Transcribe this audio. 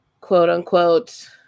quote-unquote